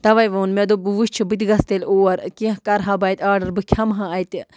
تَوَے ووٚن مےٚ دوٚپ بہٕ وٕچھِ بہٕ تہِ گژھٕ تیٚلہِ اور کیٚنٛہہ کَرٕہا بہٕ اَتہِ آرڈر بہٕ کھٮ۪مہٕ ہا اَتہِ